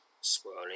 Swirling